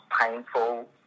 painful